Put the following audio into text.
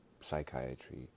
psychiatry